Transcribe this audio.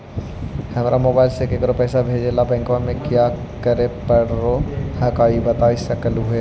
हमरा मोबाइलवा से केकरो पैसा भेजे ला की बैंकवा में क्या करे परो हकाई बता सकलुहा?